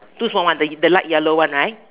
two small one the the light yellow one right